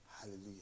hallelujah